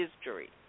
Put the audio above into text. history